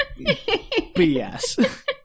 BS